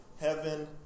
heaven